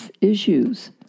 issues